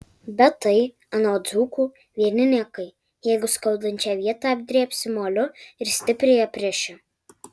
bet tai anot dzūkų vieni niekai jeigu skaudančią vietą apdrėbsi moliu ir stipriai apriši